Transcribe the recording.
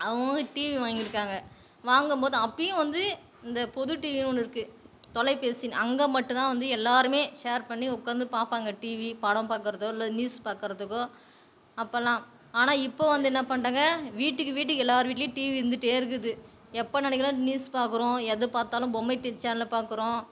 அவங்கவுங்க டிவி வாங்கியிருக்காங்க வாங்கும்போது அப்பயும் வந்து இந்த பொது டிவினு ஒன்று இருக்குது தொலைபேசின்னு அங்கே மட்டுந்தான் வந்து எல்லோருமே ஷேர் பண்ணி உக்காந்து பார்ப்பாங்க டிவி படம் பாக்கிறதோ இல்லை நியூஸ் பாக்குறதுக்கோ அப்போல்லாம் ஆனால் இப்போது வந்து என்ன பண்ணிட்டாங்க வீட்டுக்கு வீட்டுக்கு எல்லார் வீட்டுலையும் டிவி இருந்துட்டே இருக்குது எப்போது நினைக்கிறோம் நியூஸ் பாக்கிறோம் எதை பார்த்தாலும் பொம்மை சேனலை பாக்கிறோம்